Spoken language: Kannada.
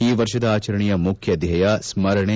ಈ ವರ್ಷದ ಆಚರಣೆಯ ಮುಖ್ಯ ಥ್ಯೇಯ ಸ್ಥರಣೆ